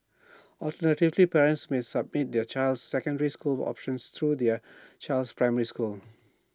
alternatively parents may submit their child's secondary school options through their child's primary school